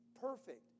perfect